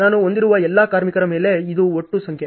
ನಾನು ಹೊಂದಿರುವ ಎಲ್ಲ ಕಾರ್ಮಿಕರ ಮೇಲೆ ಇದು ಒಟ್ಟು ಸಂಖ್ಯೆ